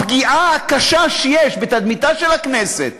הפגיעה הקשה בתדמיתה של הכנסת